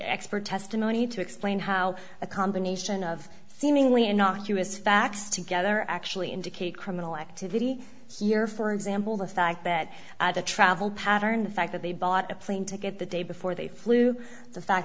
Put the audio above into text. expert testimony to explain how a combination of seemingly innocuous facts together actually indicate criminal activity here for example the fact that the travel pattern the fact that they bought a plane ticket the day before they flew the fact